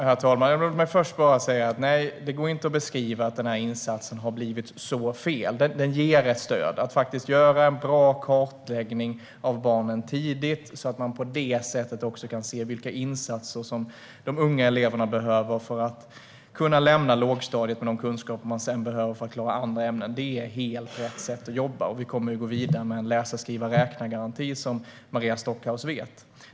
Herr talman! Låt mig först säga att det inte går att beskriva insatsen som att den har blivit "så fel". Den ger ett stöd. Genom att göra en bra kartläggning av barnen tidigt kan man se vilka insatser de unga eleverna behöver för att kunna lämna lågstadiet med de kunskaper de sedan behöver för att klara andra ämnen. Det är helt rätt sätt att jobba. Och vi kommer att gå vidare med en läsa-skriva-räkna-garanti, vilket Maria Stockhaus vet.